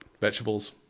vegetables